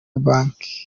banki